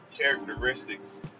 characteristics